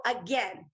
again